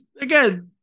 again